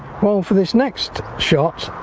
well for this next shot